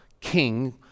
king